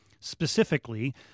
specifically